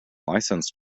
licensed